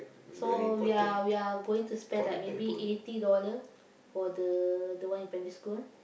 so ya we are going to spend like maybe eighty dollar for the the one in primary school